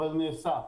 אבל נעשה.